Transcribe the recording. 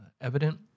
evident